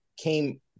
came